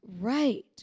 Right